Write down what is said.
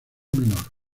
menor